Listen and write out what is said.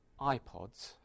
iPods